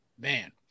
Man